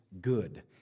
good